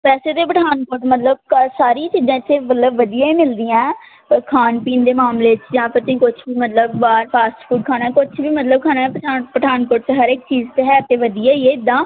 ਵੈਸੇ ਤੇ ਪਠਾਨਕੋਟ ਮਤਲਬ ਸਾਰੀ ਚੀਜ਼ਾਂ ਇੱਥੇ ਮਤਲਬ ਵਧੀਆ ਹੀ ਮਿਲਦੀਆਂ ਅਤੇ ਖਾਣ ਪੀਣ ਦੇ ਮਾਮਲੇ 'ਚ ਜਾਂ ਫਿਰ ਤੁਸੀਂ ਕੁਛ ਵੀ ਮਤਲਬ ਬਾਹਰ ਫਾਸਟ ਫੂਡ ਖਾਣਾ ਕੁਛ ਵੀ ਮਤਲਬ ਖਾਣਾ ਪਠਾਣ ਪਠਾਨਕੋਟ 'ਚ ਹਰ ਇੱਕ ਚੀਜ਼ ਤਾਂ ਹੈ ਅਤੇ ਵਧੀਆ ਹੀ ਹੈ ਇੱਦਾਂ